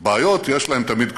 בעיות, יש להן תמיד כתובת,